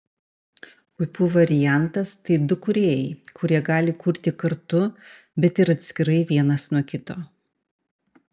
puipų variantas tai du kūrėjai kurie gali kurti kartu bet ir atskirai vienas nuo kito